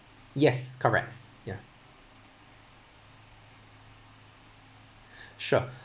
yes correct ya sure